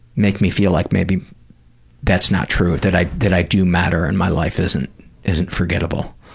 make me feel like maybe that's not true, that i that i do matter and my life isn't isn't forgettable.